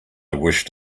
wished